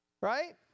right